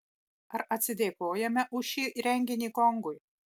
ar atsidėkojame už šį renginį kongui